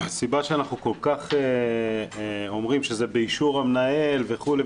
הסיבה שאנחנו כל כך אומרים שזה באישור המנהל וכו'